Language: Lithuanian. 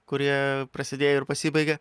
kurie prasidėjo ir pasibaigė